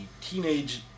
teenage